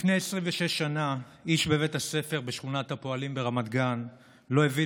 לפני 26 שנה איש בבית הספר בשכונת הפועלים ברמת גן לא הבין